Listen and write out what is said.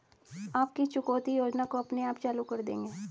आप किस चुकौती योजना को अपने आप चालू कर देंगे?